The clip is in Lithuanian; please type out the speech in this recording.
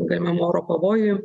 galimam oro pavojui